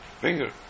finger